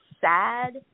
sad